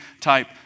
type